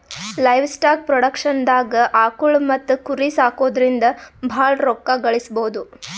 livestock ಪ್ರೊಡಕ್ಷನ್ದಾಗ್ ಆಕುಳ್ ಮತ್ತ್ ಕುರಿ ಸಾಕೊದ್ರಿಂದ ಭಾಳ್ ರೋಕ್ಕಾ ಗಳಿಸ್ಬಹುದು